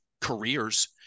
careers